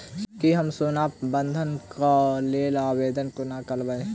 की हम सोना बंधन कऽ लेल आवेदन कोना करबै?